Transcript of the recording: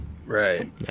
Right